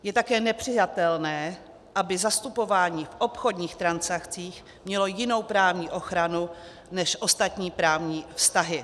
Je také nepřijatelné, aby zastupování v obchodních transakcích mělo jinou právní ochranu než ostatní právní vztahy.